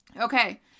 Okay